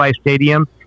Stadium